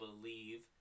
believe